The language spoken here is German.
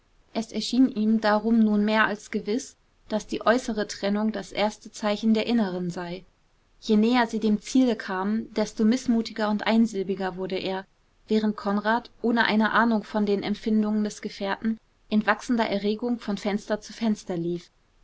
es erschien ihm darum nunmehr als gewiß daß die äußere trennung das erste zeichen der inneren sei je näher sie dem ziele kamen desto mißmutiger und einsilbiger wurde er während konrad ohne eine ahnung von den empfindungen des gefährten in wachsender erregung von fenster zu fenster lief